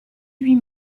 huit